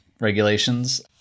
regulations